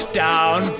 down